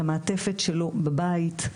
למעטפת שלו בבית,